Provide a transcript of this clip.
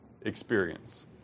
experience